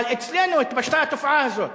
אבל אצלנו התפשטה התופעה הזאת.